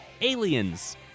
Aliens